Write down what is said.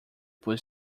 pull